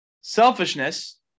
selfishness